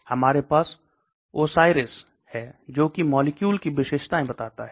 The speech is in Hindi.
हमारे पास OSIRIS है जो की मॉलिक्यूल की विशेषताएं बताता है